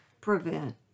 prevent